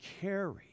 carry